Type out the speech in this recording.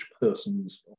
person's